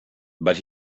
but